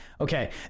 Okay